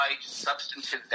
substantive